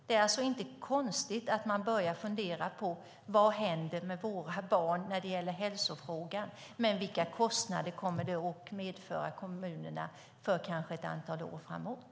Det är alltså inte konstigt att man börjar fundera på vad som händer med våra barn när det gäller hälsofrågan. Vilka kostnader kommer det att medföra för kommunerna under ett antal år framåt?